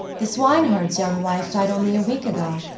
the swineherd's young wife died only a week ago,